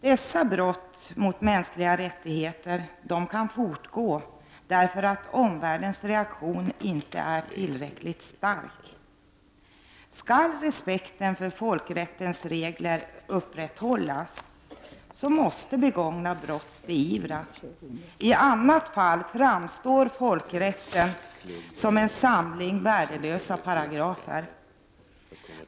Dessa brott mot mänskliga rättigheter kan fortgå därför att omvärldens reaktion inte är tillräckligt stark. Skall respekten för folkrättens regler upprätthållas, måste begångna brott beivras — i annat fall framstår folkrätten som en samling värdelösa paragrafer.